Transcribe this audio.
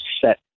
set